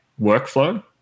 workflow